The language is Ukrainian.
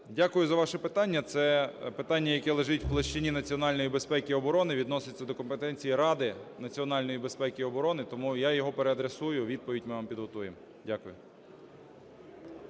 Дякую за ваше питання. Це питання, яке лежить в площині національної безпеки оборони і відноситься до компетенції Ради національної безпеки і оборони. Тому я його переадресую, і відповідь ми вам підготуємо. Дякую.